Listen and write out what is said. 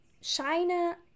China